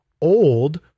old